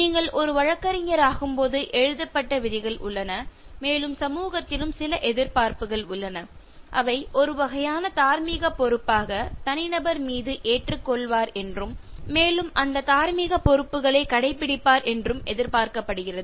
நீங்கள் ஒரு வழக்கறிஞராகும்போது எழுதப்பட்ட விதிகள் உள்ளன மேலும் சமூகத்திலும் சில எதிர்பார்ப்புகள் உள்ளன அவை ஒரு வகையான தார்மீக பொறுப்பாக தனிநபர் மீது ஏற்றுக்கொள்வார் என்றும் மேலும் அந்த தார்மீக பொறுப்புகளை கடைப்பிடிப்பார் என்றும் எதிர்பார்க்கப்படுகிறது